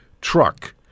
truck